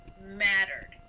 mattered